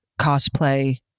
cosplay